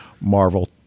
Marvel